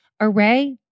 Array